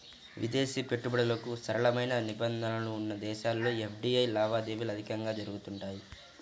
విదేశీ పెట్టుబడులకు సరళమైన నిబంధనలు ఉన్న దేశాల్లో ఎఫ్డీఐ లావాదేవీలు అధికంగా జరుగుతుంటాయి